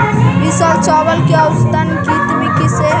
ई साल चावल के औसतन कीमत कैसे हई?